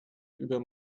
über